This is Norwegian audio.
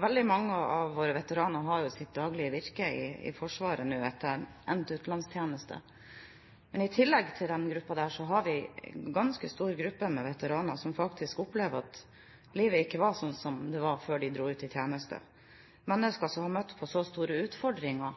Veldig mange av våre veteraner har jo sitt daglige virke i Forsvaret etter endt utenlandstjeneste. I tillegg til denne gruppen har vi en ganske stor gruppe med veteraner som faktisk opplever at livet ikke er slik som det var før de dro ut i tjeneste. Dette er mennesker som har møtt så store utfordringer